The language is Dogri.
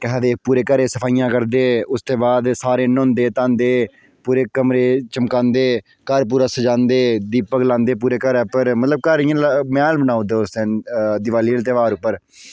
केह् आखदे पूरे घरे सफाइयां करदे उसदे बाद सारे न्हौंदे धोंदे पूरे कमरे चमकांदे घर पूरा सजांदे दीपक लांदे पूरे घरै उप्पर मतलब घर इयां मैह्ल बनाई ओड़दे उस दिन देआली आह्लै तेहार उप्पर